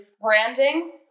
branding